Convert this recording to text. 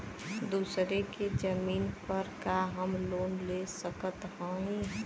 दूसरे के जमीन पर का हम लोन ले सकत हई?